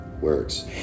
works